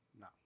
No